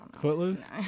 Footloose